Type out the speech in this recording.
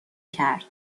کرد